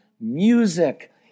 music